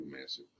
massive